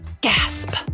Gasp